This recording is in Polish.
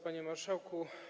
Panie Marszałku!